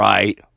Right